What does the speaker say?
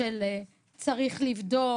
של "צריך לבדוק",